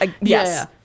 Yes